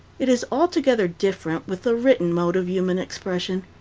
it is altogether different with the written mode of human expression.